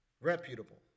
reputable